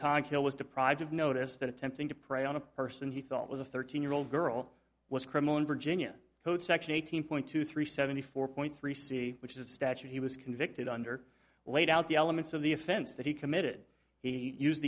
kill was deprived of notice that attempting to prey on a person he thought was a thirteen year old girl was criminal in virginia code section eighteen point two three seventy four point three c which is the statute he was convicted under laid out the elements of the offense that he committed he used